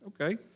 Okay